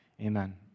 amen